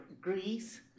Greece